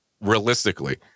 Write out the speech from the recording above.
realistically